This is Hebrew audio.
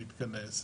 נתכנס,